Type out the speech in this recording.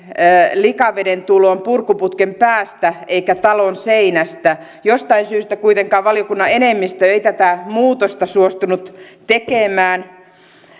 likaveden tulo purkuputken päästä eikä talon seinästä jostain syystä kuitenkaan valiokunnan enemmistö ei tätä muutosta suostunut tekemään